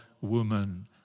woman